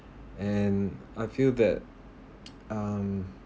and I feel that um